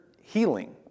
healing